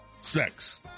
sex